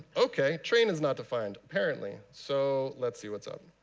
ok, train is not defined, apparently. so let's see what's up.